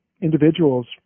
individuals